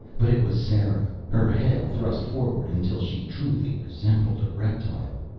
but it was sera. her head thrust forward until she truly resembled a reptile.